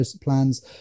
plans